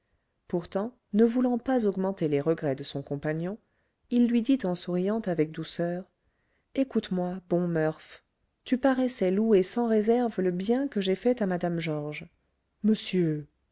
pourtant ne voulant pas augmenter les regrets de son compagnon il lui dit en souriant avec douceur écoute-moi bon murph tu paraissais louer sans réserve le bien que j'ai fait à mme georges monsieur